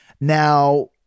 Now